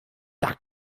tak